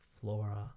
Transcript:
flora